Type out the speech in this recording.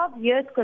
years